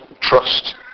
trust